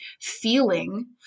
feeling